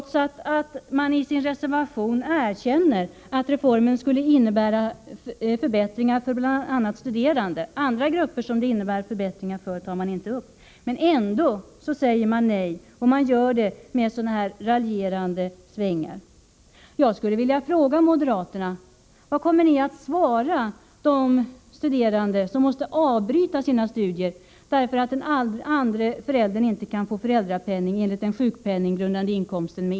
Man erkänner i sin reservation att reformen skulle innebära förbättringar för studerande. Andra grupper som den innebär förbättringar för tar man inte upp. Ändå säger man nej, och man gör det med sådana här raljerande motiveringar. Jag skulle vilja fråga moderaterna: Vad kommer ni att svara de studerande som är föräldrar och som måste avbryta sina studier på grund av att den andre föräldern med ert förslag inte kan få föräldrapenning enligt den sjukpenninggrundande inkomsten?